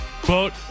quote